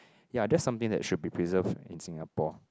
ya that's something that should be preserved in Singapore